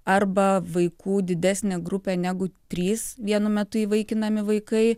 arba vaikų didesnė grupė negu trys vienu metu įvaikinami vaikai